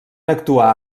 actuar